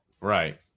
right